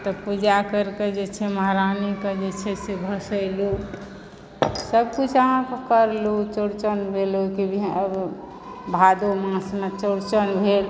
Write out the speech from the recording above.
तब पूजा करिकऽ जे छै महरानीकऽ जे छै से भसयलू सभकिछु अहाँक करलूँ चौरचन भेल कि भादो मासमे चौरचन भेल